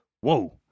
whoa